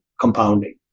compounding